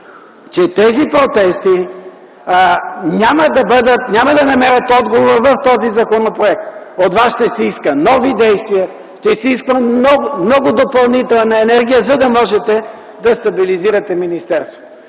че тези протести няма да намерят отговор в този законопроект. От Вас ще се иска нови действия, ще се иска много допълнителна енергия, за да можете да стабилизирате министерството.